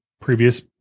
previous